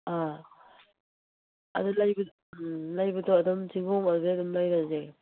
ꯑ ꯑꯗꯨ ꯎꯝ ꯂꯩꯕꯗꯣ ꯑꯗꯨꯝ ꯆꯤꯡꯈꯣꯡ ꯑꯗꯨꯗꯩ ꯑꯗꯨꯝ ꯂꯩꯔꯁꯦ